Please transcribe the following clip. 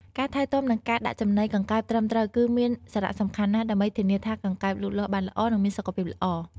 ការថែទាំ និងការដាក់ចំណីកង្កែបត្រឹមត្រូវគឺមានសារៈសំខាន់ណាស់ ដើម្បីធានាថាកង្កែបលូតលាស់បានល្អ និងមានសុខភាពល្អ។